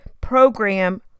program